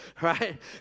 right